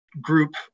group